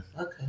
Okay